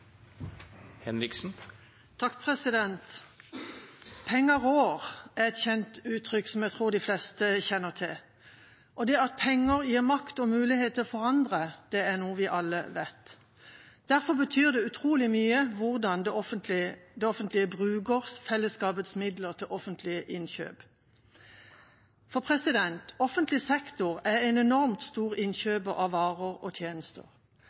kjent uttrykk som jeg tror de fleste kjenner til, og at penger gir makt og mulighet til å forandre, er noe vi alle vet. Derfor betyr det utrolig mye hvordan det offentlige bruker fellesskapets midler til offentlige innkjøp. Offentlig sektor er en enormt stor innkjøper av varer og